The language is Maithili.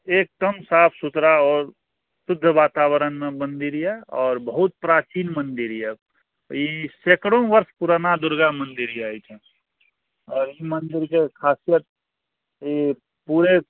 एकदम साफ सुथड़ा आओर शुद्ध वातावरणमे मन्दिर यऽ आओर बहुत प्राचीन मन्दिर यऽ ई सैकड़ो वर्ष पुराना दुर्गा मन्दिर यऽ एहिठाम ई मंदिरके खासियत ई पूरे